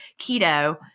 keto